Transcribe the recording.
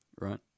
right